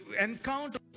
encounter